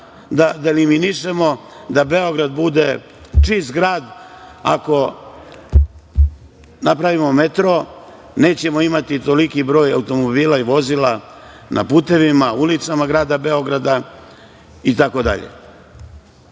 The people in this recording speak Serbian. da eliminišemo da Beograd bude čist grad? Ako napravimo metro, nećemo imati toliko automobila i vozila na putevima i ulicama grada Beograda.(Predsedavajuća: